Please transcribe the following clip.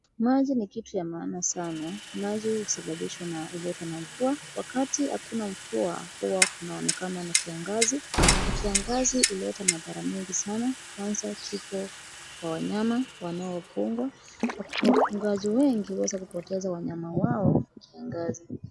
Maji ni kitu ya maana sana. Maji husababishwa na huletwa na mvua. Wakati hakuna mvua huwa kunaoneakana ni kiangazi. Na kiangazi huleta madhara mingi sana kwanza kifo kwa wanyama wanaafugwa. Kwa kuwa wafugaji wengi hueza kupoteza wanyama wao kwa kiangazi.